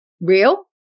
real